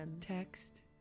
Text